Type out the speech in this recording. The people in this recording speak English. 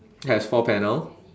has four panel